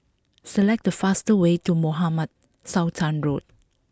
select the fastest way to Mohamed Sultan Road